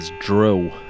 Drill